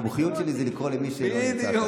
המומחיות שלי זה לקרוא למי בדיוק.